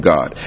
God